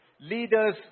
leaders